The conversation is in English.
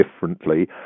differently